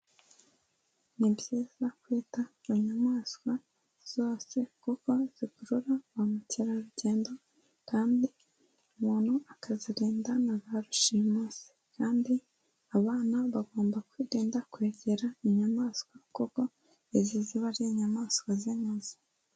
Ni byiza kwita ku inyamaswa zose, kuko zikurura ba mukerarugendo, kandi umuntu akazirinda na ba rushimusi. Kandi abana bagomba kwirinda kwegera inyamaswa, kuko izi ziba ari inyamaswa z'inkazi.